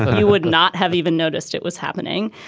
you would not have even noticed it was happening.